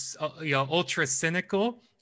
ultra-cynical